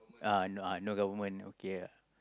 uh no uh no government okay ah